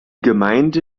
gemeinde